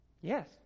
Yes